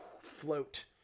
float